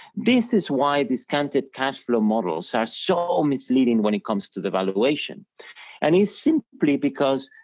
this is why discounted cash flow models are sure all misleading when it comes to the valuation and is simply because,